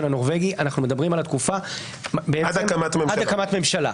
הנורבגי אנחנו מדברים על התקופה עד הקמת ממשלה.